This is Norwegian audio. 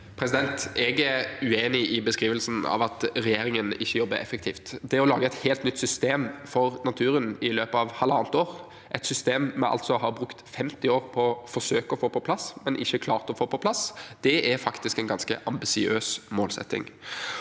Jeg er uenig i beskrivelsen av at regjeringen ikke jobber effektivt. Det å lage et helt nytt system for naturen i løpet av halvannet år – et system vi altså har brukt 50 år på å forsøke å få på plass, men ikke klart å få på plass – er faktisk en ganske ambisiøs målsetting.